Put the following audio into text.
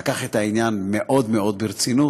לקח את העניין מאוד מאוד ברצינות,